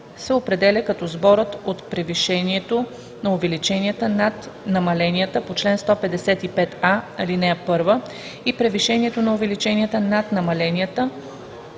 се определя, като сборът от превишението на увеличенията над намаленията по чл. 155а, ал. 1 и превишението на увеличенията над намаленията